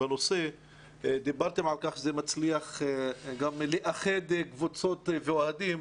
דיברתם על כך שזה מצליח גם לאחד קבוצות ואוהדים.